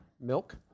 Milk